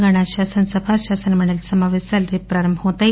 తెలంగాణా శాసన సభ శాసన మండలి సమాపేశాలు రేపు ప్రారంభమవుతున్నాయి